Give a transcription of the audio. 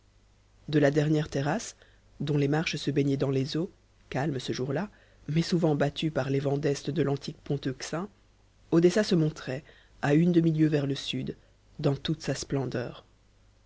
de la dernière terrasse dont les marches se baignaient dans les eaux calmes ce jour-là mais souvent battues par les vents d'est de l'antique pont euxin odessa se montrait à une demi-lieue vers le sud dans toute sa splendeur